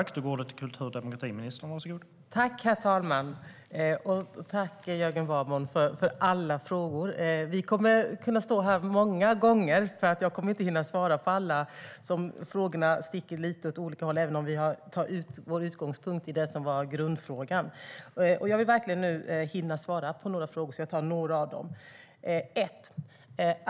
Herr talman! Tack, Jörgen Warborn, för alla frågor! Vi kommer att kunna stå här många gånger, för jag kommer inte att hinna svara på alla frågor nu, för de sticker lite åt olika håll, även om vi tar vår utgångspunkt i det som var grundfrågan. Jag vill verkligen hinna svara på några av frågorna.